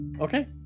Okay